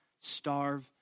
Starve